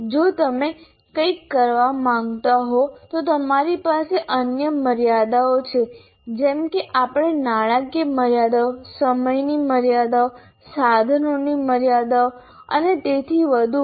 જો તમે કંઈક કરવા માંગતા હો તો તમારી પાસે અન્ય મર્યાદાઓ છે જેમ કે નાણાકીય મર્યાદાઓ સમયની મર્યાદાઓ સાધનોની મર્યાદાઓ અને તેથી વધુ